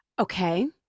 okay